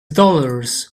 dollars